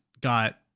got